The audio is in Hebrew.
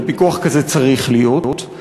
ופיקוח כזה צריך להיות,